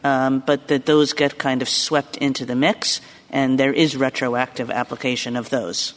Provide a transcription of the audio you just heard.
new but that those get kind of swept into the mix and there is retroactive application of those